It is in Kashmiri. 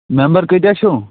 مٮ۪مبر کۭتیٛاہ چھُو